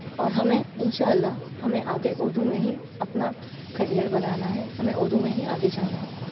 اور ہمیں ان شاء اللہ ہمیں آگے اردو میں ہی اپنا کیریئر بنانا ہے ہمیں اردو میں ہی آگے جانا ہے